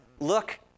Look